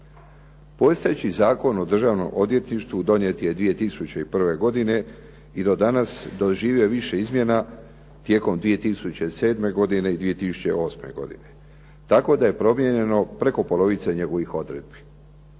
Postojeći Zakon o državnom odvjetništvu donijet je 2001. godine i do danas doživio je više izmjena tijekom 2007. godine i 2008. godine, tako da je promijenjeno preko polovice njegovih odredbi.